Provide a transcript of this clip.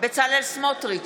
בצלאל סמוטריץ'